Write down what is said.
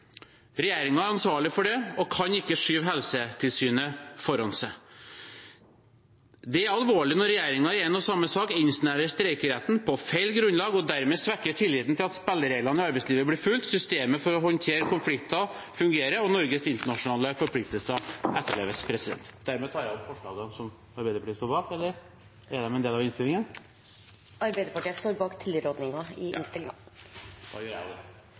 er ansvarlig for det og kan ikke skyve Helsetilsynet foran seg. Det er alvorlig når regjeringen i én og samme sak innsnevrer streikeretten på feil grunnlag og dermed svekker tilliten til at spillereglene i arbeidslivet blir fulgt, til at systemet for å håndtere konflikter fungerer, og til at Norges internasjonale forpliktelser etterleves. Med dette anbefaler jeg komiteens innstilling. ILOs kjernekonvensjoner fastsetter minimumsrettigheter som